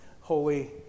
holy